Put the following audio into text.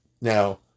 Now